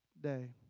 day